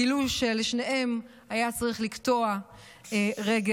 גילו שלשניהם היה צריך לקטוע רגל,